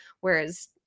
Whereas